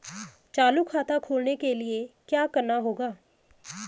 चालू खाता खोलने के लिए क्या करना होगा?